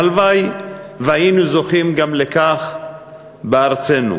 והלוואי שהיינו זוכים לכך גם בארצנו.